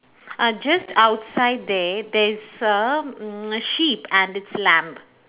uh just outside there there's a m~ sheep and it's lamb